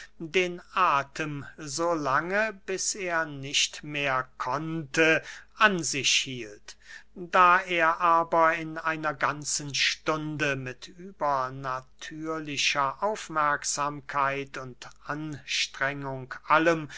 den athem so lange bis er nicht mehr konnte an sich hielt da er aber in einer ganzen stunde mit übernatürlicher aufmerksamkeit und anstrengung allem